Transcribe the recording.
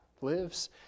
lives